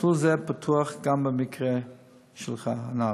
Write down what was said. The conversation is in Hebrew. מסלול זה פתוח גם במקרה הנ"ל.